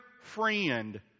friend